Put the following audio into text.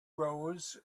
rose